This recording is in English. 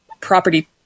property